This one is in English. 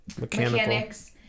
mechanics